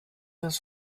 das